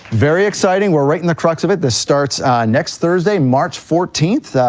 very exciting, we're right in the crux of it, this starts next thursday, march fourteenth,